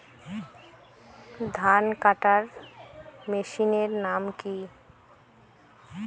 ধান কাটার মেশিনের নাম কি?